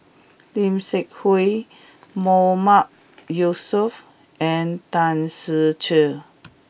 Lim Seok Hui Mahmood Yusof and Tan Ser Cher